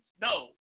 No